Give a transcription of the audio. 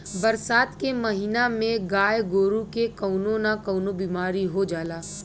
बरसात के महिना में गाय गोरु के कउनो न कउनो बिमारी हो जाला